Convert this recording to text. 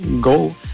go